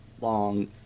long